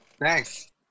Thanks